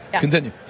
Continue